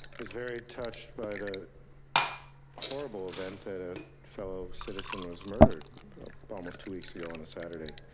was very touched by the horrible event that a fellow citizen was murdered almost two weeks ago on a saturday.